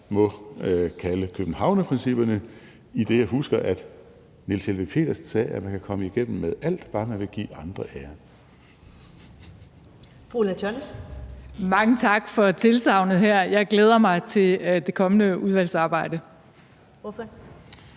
må kalde københavnerprincipperne, idet jeg husker, at Niels Helveg Petersen sagde, at man kan komme igennem med alt, bare man vil give andre æren.